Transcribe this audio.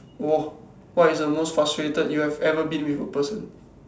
!whoa! what is the most frustrated you have ever been with a person